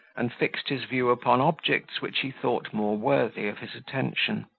and fixed his view upon objects which he thought more worthy of his attention.